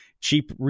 cheap